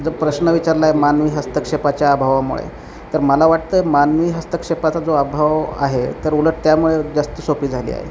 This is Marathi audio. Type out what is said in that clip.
जो प्रश्न विचारला आहे मानवी हस्तक्षेपाच्या अभावामुळे तर मला वाटतं मानवी हस्तक्षेपाचा जो अभाव आहे तर उलट त्यामुळे जास्त सोपी झाली आहे